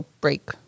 break